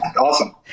Awesome